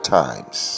times